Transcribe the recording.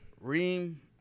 Reem